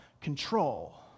Control